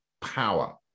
power